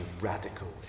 radical